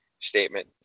statement